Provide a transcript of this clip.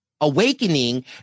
awakening